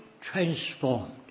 transformed